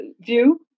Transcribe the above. view